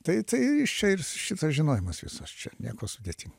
tai tai ir iš čia ir šitas žinojimas visas čia nieko sudėtingo